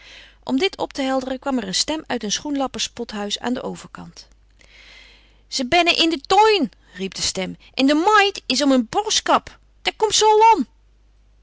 om dit op te helderen kwam er een stem uit een schoenlapperspothuis aan den overkant ze bennen in de toin riep de stem en de maid is om een bo skap daar komt ze